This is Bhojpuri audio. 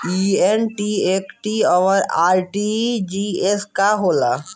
ई एन.ई.एफ.टी और आर.टी.जी.एस का होखे ला?